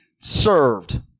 served